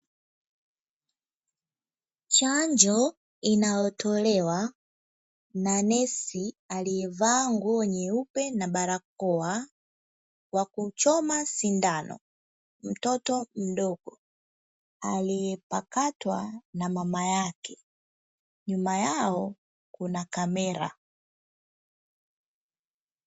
Chanjo inayotolewa na nesi kwa kuchoma sindano mtoto mdogo, aliyepakatwa na mama yake nyuma yao kuna kamera